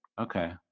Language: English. Okay